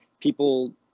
people